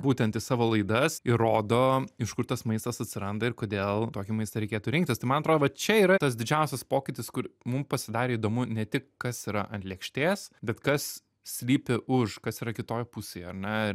būtent į savo laidas ir rodo iš kur tas maistas atsiranda ir kodėl tokį maistą reikėtų rinktis tai man atrodo va čia yra tas didžiausias pokytis kur mum pasidarė įdomu ne tik kas yra ant lėkštės bet kas slypi už kas yra kitoj pusėj ar ne